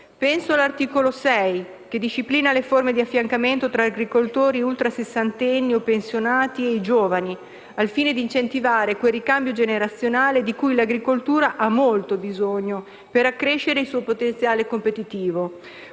Penso all'articolo 6, che disciplina le forme di affiancamento tra agricoltori ultrasessantenni o pensionati e i giovani, al fine di incentivare quel ricambio generazionale di cui l'agricoltura ha molto bisogno per accrescere il suo potenziale competitivo.